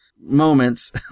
moments